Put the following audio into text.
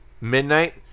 midnight